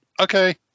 Okay